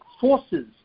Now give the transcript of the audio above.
forces